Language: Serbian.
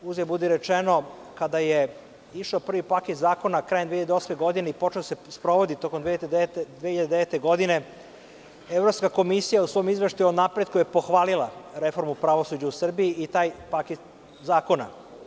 Uzgred budi rečeno, kada je išao prvi paket zakona krajem 2008. godine i počeo da se sprovodi tokom 2009. godine, Evropska komisija u svom izveštaju o napretku je pohvalila reformu pravosuđa u Srbiji i taj paket zakona.